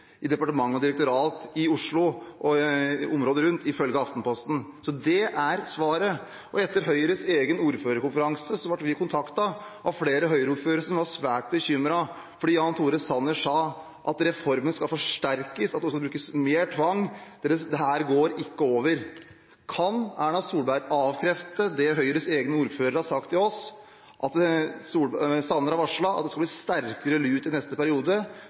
i departement og direktorat i Oslo og området rundt, ifølge Aftenposten – det er svaret. Etter Høyres egen ordførerkonferanse ble vi kontaktet av flere Høyre-ordførere som var svært bekymret fordi Jan Tore Sanner sa at reformen skal forsterkes, at det skal brukes mer tvang, dette går ikke over. Kan Erna Solberg avkrefte det Høyres egne ordførere har sagt til oss, at Sanner har varslet at det skal bli sterkere lut i neste periode